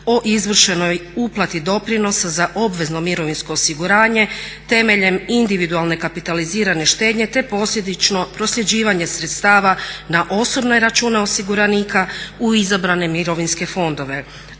o izvršenoj uplati doprinosa za obvezno mirovinsko osiguranje temeljem individualne kapitalizirane štednje te posljedično prosljeđivanje sredstava na osobne račune osiguranika u izabrane mirovinske fondove.